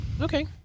Okay